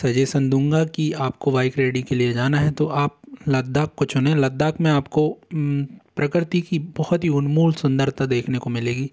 suggestion दूँगा कि आप को बाइक रीडिंग के लिए जाना है तो आप लद्दाख को चुनें लद्दाख में आप को प्रकृति की बहुत ही उनमोल सुंदरता देखने को मिलेगी